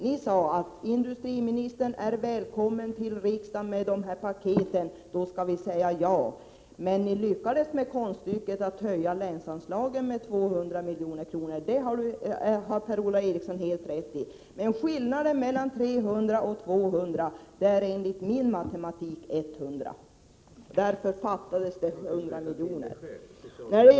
Ni sade att industriministern var välkommen till riksdagen med dessa paket, och då skulle ni säga ja. Ni lyckades med konststycket att höja länsanslagen med 200 miljoner — det har Per-Ola Eriksson helt rätt i. Men skillnaden mellan 300 och 200 är enligt min matematik 100, och därför fattas det 100 miljoner.